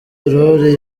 aurore